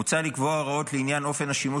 מוצע לקבוע הוראות לעניין אופן השימוש